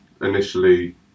initially